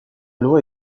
loi